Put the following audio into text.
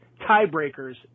tiebreakers